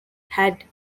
had